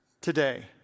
today